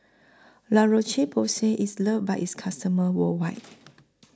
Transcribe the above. La Roche Porsay IS loved By its customers worldwide